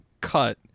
cut